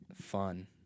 Fun